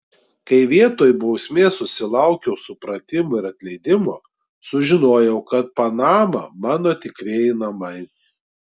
kai vietoj bausmės susilaukiau supratimo ir atleidimo sužinojau kad panama mano tikrieji namai